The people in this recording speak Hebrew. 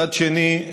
מצד שני,